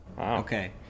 Okay